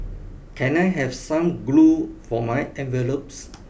can I have some glue for my envelopes